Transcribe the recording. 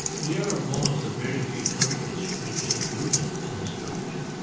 we are one of the very few countries which is moving in this direction.